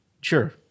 Sure